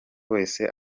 wese